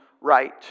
right